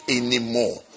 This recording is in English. anymore